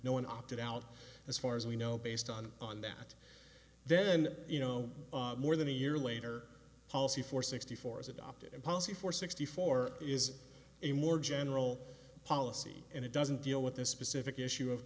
one opted out as far as we know based on on that then you know more than a year later policy for sixty four is adopted a policy for sixty four is a more general policy and it doesn't deal with this specific issue of